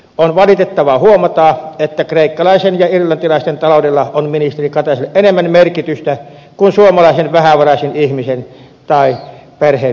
on valitettavaa huomata että kreikkalaisten ja irlantilaisten taloudella on ministeri kataiselle enemmän merkitystä kuin suomalaisen vähävaraisen ihmisen tai perheen hyvinvoinnille